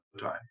time